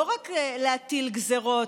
לא רק להטיל גזרות,